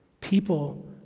People